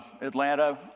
Atlanta